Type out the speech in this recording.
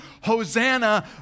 Hosanna